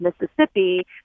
Mississippi